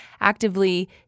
actively